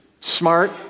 smart